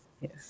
Yes